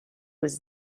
was